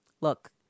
look